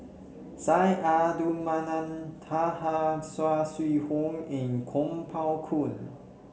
Syed Abdulrahman Taha Saw Swee Hock and Kuo Pao Kun